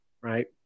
Right